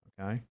Okay